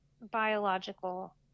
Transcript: biological